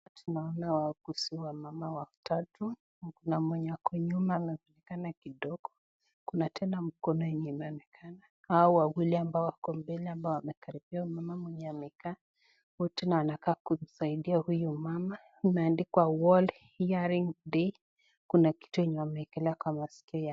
Hapa tunaona kuhusu wamama watatu, kuna mwenye ako nyuma anaonekana kidogo, kuna tena mkono enye inaonekana. Hawa wawili ambao wako mbele wanakaribia mama mwenye amekaa, wote na wanakaa kumsaidia huyu mama. Imeandikwa Word Hearing Day kuna kitu enye wameekelea kwenye masikio yake.